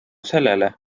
sellele